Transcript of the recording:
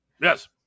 Yes